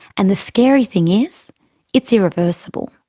and the scary thing is it's irreversible.